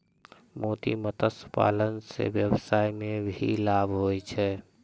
मोती मत्स्य पालन से वेवसाय मे भी लाभ होलो छै